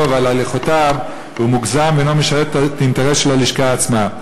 ועל הליכותיו הוא מוגזם ואינו משרת את האינטרס של הלשכה עצמה.